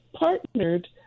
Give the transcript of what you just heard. partnered